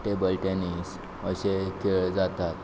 table tennis अशे खेळ जातात